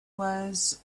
was